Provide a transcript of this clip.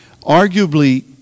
arguably